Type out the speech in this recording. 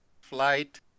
Flight